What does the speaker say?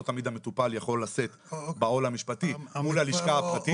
לא תמיד המטופל יכול לשאת בעול המשפטי מול הלשכה הפרטית.